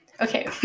okay